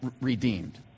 redeemed